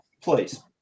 Please